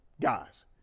guys